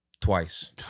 twice